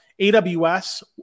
AWS